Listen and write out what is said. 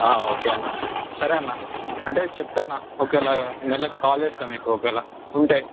okay అన్న సరే అన్న అంటే చెప్తాను అన్న ఓకేలా మళ్ళీ ఇక కాల్ చేస్తాను మీకు ఒకవేళ ఉంటే